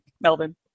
Melvin